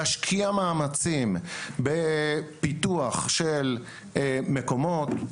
להשקיע מאמצים בפיתוח של מקומות,